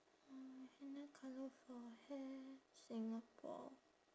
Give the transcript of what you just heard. mm henna colour for hair singapore